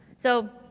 so,